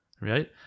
Right